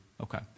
Okay